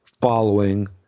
following